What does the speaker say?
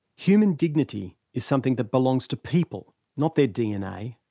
human dignity is something that belongs to people, not their dna.